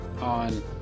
on